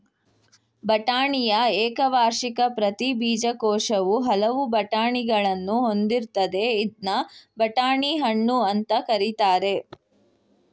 ಬಟಾಣಿಯ ಏಕವಾರ್ಷಿಕ ಪ್ರತಿ ಬೀಜಕೋಶವು ಹಲವು ಬಟಾಣಿಗಳನ್ನು ಹೊಂದಿರ್ತದೆ ಇದ್ನ ಬಟಾಣಿ ಹಣ್ಣು ಅಂತ ಕರೀತಾರೆ